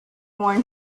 worn